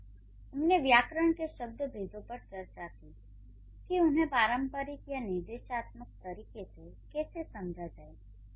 अब तक हमने व्याकरण के शब्दभेदों पर चर्चा की है कि उन्हें पारंपरिक या निर्देशात्मक तरीके से कैसे समझा जाए